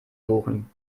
buchen